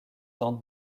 tentent